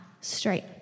straight